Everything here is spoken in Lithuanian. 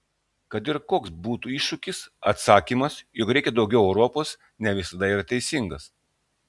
kad ir koks būtų iššūkis atsakymas jog reikia daugiau europos ne visada yra teisingas